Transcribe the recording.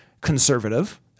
conservative